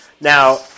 Now